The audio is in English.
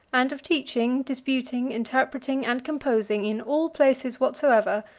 and of teaching, disputing, interpreting, and composing, in all places whatsoever,